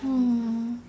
mm